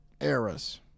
eras